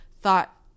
thought